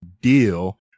deal